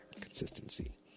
consistency